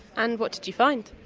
and what did you find?